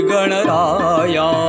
Ganaraya